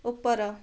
ଉପର